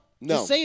No